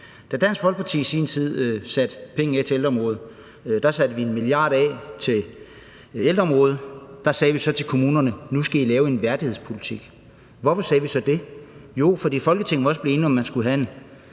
Da Dansk Folkeparti i sin tid satte 1 mia. kr. af til ældreområdet, sagde vi til kommunerne: Nu skal I lave en værdighedspolitik. Hvorfor sagde vi så det? Det gjorde vi, fordi vi i Folketinget også var blevet enige om, at man skulle have en